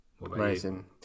amazing